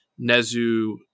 Nezu